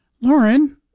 Lauren